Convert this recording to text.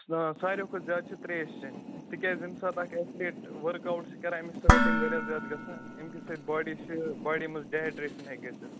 ساروی کھۄتہٕ زیادٕ چھِ ترٛیش چیٚنۍ تِکیٛازِ ییٚمہِ ساتہٕ اَکھ ایتھلیٖٹ ؤرٕک آوُٹ چھِ کَران أمِس سویٹِنٛگ واریاہ زیادٕ گژھان ییٚمہِ کہِ سۭتۍ باڈی چھِ باڈی منٛز ڈِہایڈرٛیشَن ہیٚکہِ گٔژھِتھ